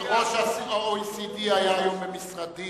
ראש ה-OECD היה היום במשרדי.